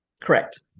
correct